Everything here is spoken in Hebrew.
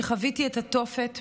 שחוויתי את התופת,